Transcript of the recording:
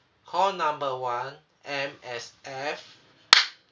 call number one M_S_F